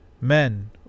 men